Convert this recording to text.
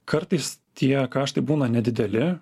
kartais tie kaštai būna nedideli